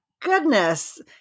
goodness